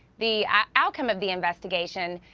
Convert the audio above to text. the outcome of the investigation.